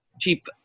cheap